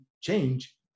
change